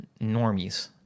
normies